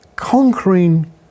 Conquering